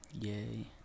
Yay